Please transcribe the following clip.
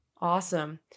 Awesome